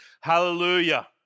hallelujah